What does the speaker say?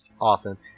often